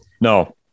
No